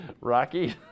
Rocky